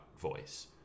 voice